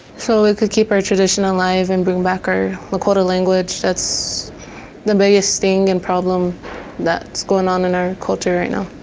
so we ah could keep our tradition alive and bring back our lakota language, that's the biggest thing and problem that's going on in our culture right now.